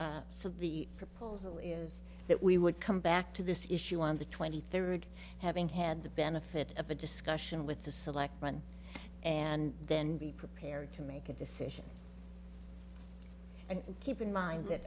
so the proposal is that we would come back to this issue on the twenty third having had the benefit of a discussion with the selectmen and then be prepared to make a decision and keep in mind that